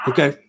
Okay